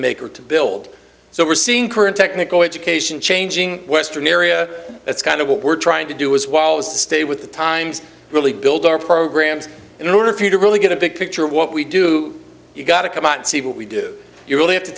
make or to build so we're seeing current technical education changing western area that's kind of what we're trying to do as well as stay with the times really build our programs in order for you to really get a big picture of what we do you've got to come out and see what we do you really have to